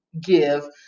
give